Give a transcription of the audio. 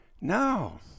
No